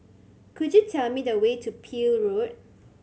could you tell me the way to Peel Road